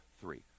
three